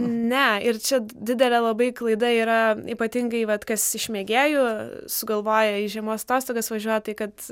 ne ir čia didelė labai klaida yra ypatingai vat kas iš mėgėjų sugalvoja į žiemos atostogas važiuoti kad